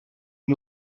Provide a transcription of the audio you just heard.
une